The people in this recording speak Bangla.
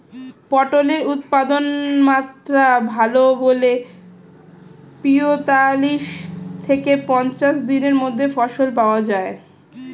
পটলের উৎপাদনমাত্রা ভালো বলে পঁয়তাল্লিশ থেকে পঞ্চাশ দিনের মধ্যে ফসল পাওয়া যায়